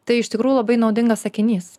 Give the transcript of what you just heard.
tai iš tikrųjų labai naudingas sakinys